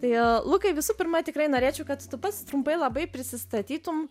tai lukai visų pirma tikrai norėčiau kad tu pats trumpai labai prisistatytumei